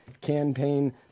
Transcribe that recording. campaign